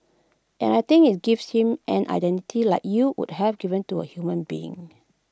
and I think IT gives him an identity like you would have given to A human being